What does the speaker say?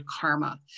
karma